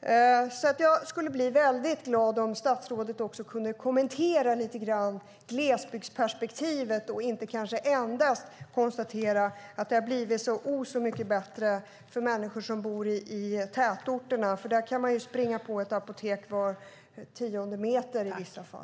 blir det nämligen väldigt instängt i det fordon man åker i. Jag skulle alltså bli väldigt glad om statsrådet kunde lite grann kommentera glesbygdsperspektivet och kanske inte endast konstatera att det har blivit så mycket bättre för människor i tätorterna. Där kan man ju springa på ett apotek var tionde meter i vissa fall.